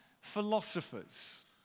philosophers